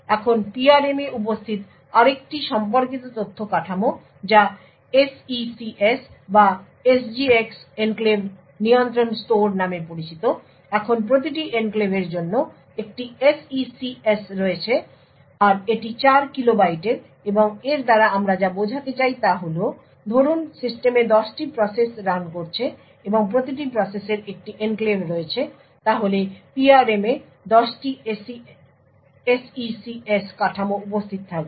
এখন PRM এ উপস্থিত আরেকটি সম্পর্কিত তথ্য কাঠামো যা SECS বা SGX এনক্লেভ নিয়ন্ত্রণ স্টোর নামে পরিচিত এখন প্রতিটি এনক্লেভের জন্য একটি SECS রয়েছে আর এটি 4 কিলো বাইটের এবং এর দ্বারা আমরা যা বোঝাতে চাই তা হল ধরুন সিস্টেমে 10টি প্রসেস রান করছে এবং প্রতিটি প্রসেসের একটি এনক্লেভ রয়েছে তাহলে PRM এ 10টি SECS কাঠামো উপস্থিত থাকবে